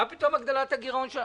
מה פתאום הגדלת הגירעון?